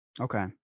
Okay